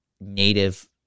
native